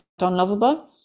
unlovable